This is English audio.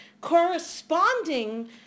corresponding